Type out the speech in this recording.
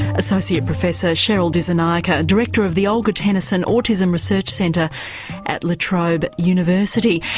associate professor cheryl dissanayake, director of the olga tennison autism research centre at la trobe university.